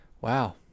wow